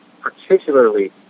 particularly